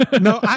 no